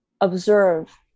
observe